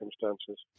circumstances